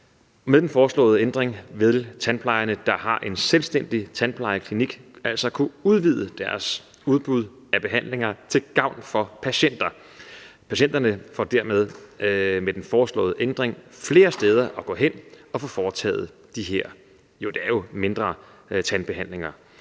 Med den foreslåede ændring vil tandplejerne, der har en selvstændig tandplejeklinik, altså kunne udvide deres udbud af behandlinger til gavn for patienter. Patienterne får dermed med den foreslåede ændring flere steder at gå hen at få foretaget de her mindre tandbehandlinger,